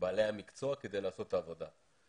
בעלי המקצוע כדי לעשות את העבודה.